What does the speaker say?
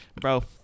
bro